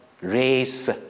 race